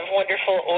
wonderful